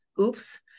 oops